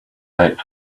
late